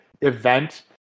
event